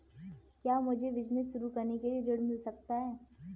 क्या मुझे बिजनेस शुरू करने के लिए ऋण मिल सकता है?